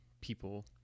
people